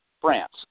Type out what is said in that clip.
France